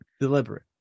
Deliberate